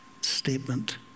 statement